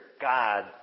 God